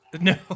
No